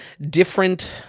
Different